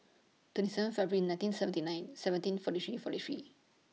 twenty seven February nineteen seventy nine seventeen forty three forty three